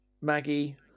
Maggie